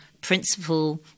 principle